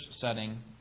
setting